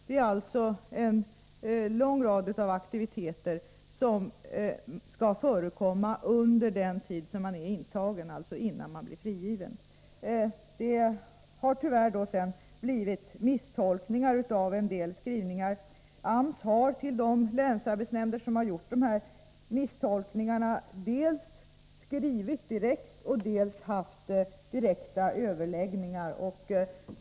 Det är alltså en lång rad av aktiviteter som skall förekomma under den tid man är intagen, alltså innan man blir frigiven. Det har tyvärr blivit misstolkningar av en del skrivningar. AMS har dels skrivit till, dels haft direkta överläggningar med de länsarbetsnämnder som har gjort dessa misstolkningar.